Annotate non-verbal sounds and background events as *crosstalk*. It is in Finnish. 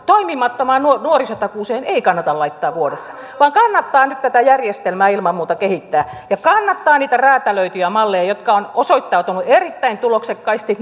toimimattomaan nuorisotakuuseen ei kannata laittaa kuuttakymmentä miljoonaa vuodessa vaan kannattaa nyt tätä järjestelmää ilman muuta kehittää ja kannattaa niitä räätälöityjä malleja jotka ovat osoittautuneet erittäin tuloksekkaiksi *unintelligible*